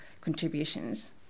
contributions